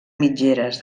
mitgeres